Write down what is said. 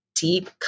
deep